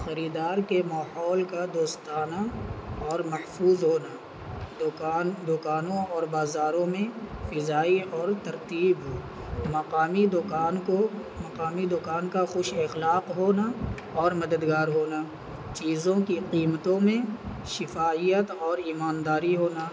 خریدار کے ماحول کا دوستانہ اور مخفوظ ہونا دوکان دوکانوں اور بازاروں میں فضائی اور ترتیب ہو مقامی دوکان کو مقامی دوکان کا خوش اخلاق ہونا اور مددگار ہونا چیزوں کی قیمتوں میں شفایت اور ایمانداری ہونا